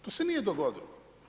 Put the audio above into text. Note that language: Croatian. To se nije dogodilo.